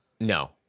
No